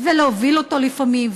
ולהוביל אותו לפעמים,